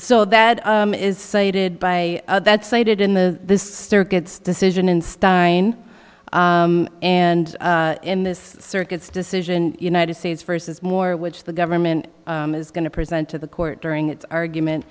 so that is cited by that cited in the circuit's decision in stein and in this circuit's decision united states versus more which the government is going to present to the court during its argument